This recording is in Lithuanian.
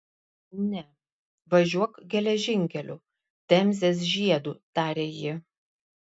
ne važiuok geležinkeliu temzės žiedu tarė ji